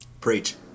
Preach